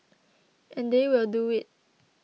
and they will do it